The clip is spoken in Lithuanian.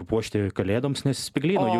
puošti kalėdoms nes spygliai nuo jų